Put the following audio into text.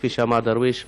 כפי שאמר דרוויש,